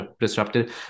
disrupted